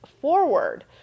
forward